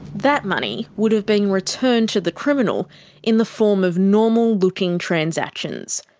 that money would have been returned to the criminal in the form of normal-looking transactions.